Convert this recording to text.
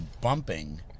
bumping